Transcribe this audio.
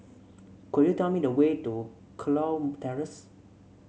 could you tell me the way to Kurau Terrace